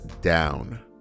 down